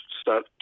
start